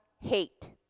hate